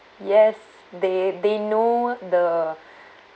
yes they they know the